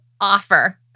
offer